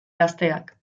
gazteak